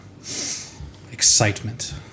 excitement